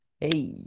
Hey